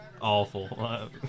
awful